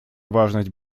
важность